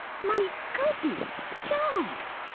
my goodness, john!